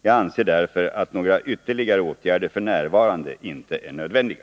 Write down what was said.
Jag anser därför att några ytterligare åtgärder f. n. inte är nödvändiga.